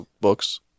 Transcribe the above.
books